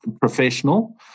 professional